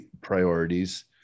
priorities